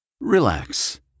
Relax